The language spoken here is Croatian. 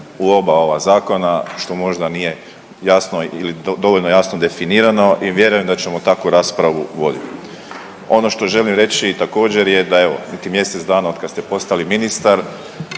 u oba ova zakona što možda nije jasno ili dovoljno jasno definirano i vjerujem da ćemo takvu raspravu vodit. Ono što želim reći također je da je niti mjesec dana od kad ste postali ministar,